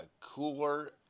Cooler